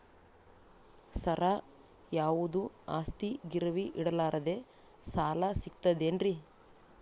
ಸರ, ಯಾವುದು ಆಸ್ತಿ ಗಿರವಿ ಇಡಲಾರದೆ ಸಾಲಾ ಸಿಗ್ತದೇನ್ರಿ?